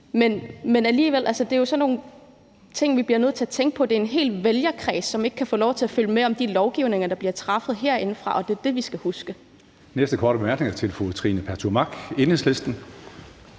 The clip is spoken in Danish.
jo alligevel sådan nogle ting, vi bliver nødt til at tænke på. Der er en hel vælgerkreds, som ikke kan få lov til at følge med i de lovgivninger, der bliver behandlet herindefra, og det er det, vi skal huske.